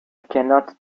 cannot